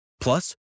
Plus